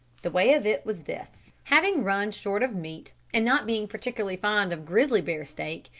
the way of it was this. having run short of meat, and not being particularly fond of grizzly bear steak,